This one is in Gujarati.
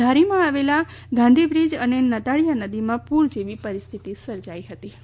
ધારીમાં આવેલ ગાંધીબ્રીજ અને નતાળીયા નદીમાં પુર જેવી પરિસ્થિતિ સર્જાઇ હતી